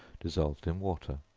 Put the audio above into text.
dissolved in water